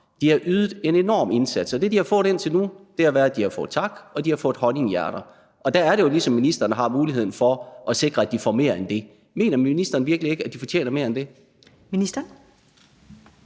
De har ydet en enorm indsats, og det, de har fået indtil nu, er tak, og de har fået honninghjerter. Der er det jo, at ministeren ligesom har muligheden for at sikre, at de får mere end det. Mener ministeren virkelig ikke, at de fortjener mere end det?